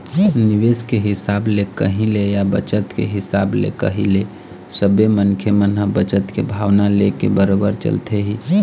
निवेश के हिसाब ले कही ले या बचत के हिसाब ले कही ले सबे मनखे मन ह बचत के भावना लेके बरोबर चलथे ही